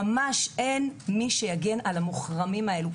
אין מי שיגן על המוחרמים האלה.